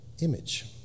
image